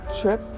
trip